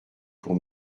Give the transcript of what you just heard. pour